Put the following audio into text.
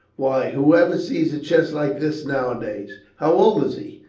why, whoever sees a chest like this nowa days? how old's he?